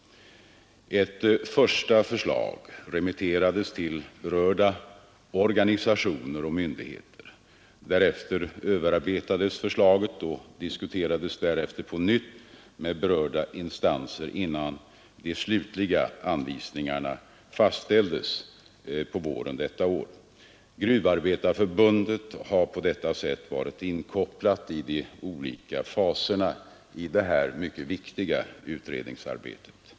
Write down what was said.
Ett första förslag remitterades till berörda organisationer och myndigheter. Därefter överarbetades förslaget och diskuterades på nytt med berörda instanser innan de slutliga anvisningarna fastställdes på våren detta år. Gruvindustriarbetareförbundet har alltså varit inkopplat i de olika faserna av detta mycket viktiga utredningsarbete.